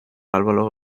álvaro